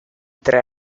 tre